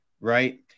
right